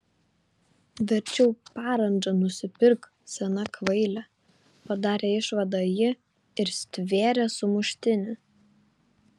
verčiau parandžą nusipirk sena kvaile padarė išvadą ji ir stvėrė sumuštinį